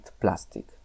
plastic